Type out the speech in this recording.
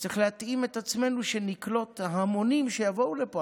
וצריך להתאים את עצמנו, שנקלוט המונים שיבואו לפה.